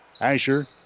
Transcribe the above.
Asher